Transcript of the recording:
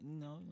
No